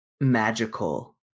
magical